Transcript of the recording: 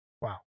Wow